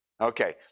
Okay